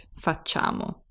facciamo